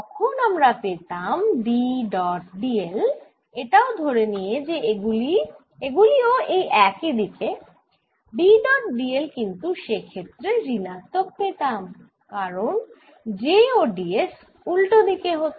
তখন আমরা পেতাম B ডট dl এটাও ধরে নিয়ে যে এগুলিও এই একই দিকে B ডট dl কিন্তু সে ক্ষেত্রে ঋণাত্মক পেতাম কারণ j ও ds উল্টো দিকে হত